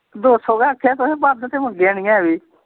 दो सौ गै आखेआ तुसेंगी बद्ध ते मंगेआ निं ऐ में